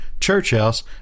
churchhouse